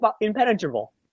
impenetrable